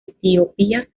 etiopía